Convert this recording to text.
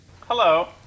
Hello